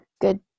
good